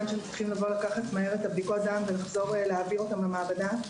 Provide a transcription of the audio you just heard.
שצריכים לקחת מהר את בדיקות הדם ולהעבירן למעבדה,